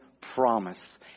promise